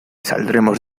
saldremos